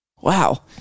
Wow